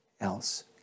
else